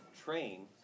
train